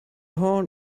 horn